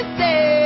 say